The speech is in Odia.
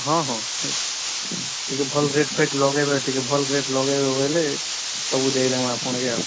ହଁ ହଁ ଟିକେ ଭଲ୍ ରେଟ୍ ଫେଟ୍ ଲଗାଇବେ ଟିକେ ଭଲ୍ ରେଟ୍ ଲଗାଇବେ ବୋଇଲେ ସବୁ ଦେଇଦମୁ ଆପଣଙ୍କେ ଆଉ